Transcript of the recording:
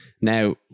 Now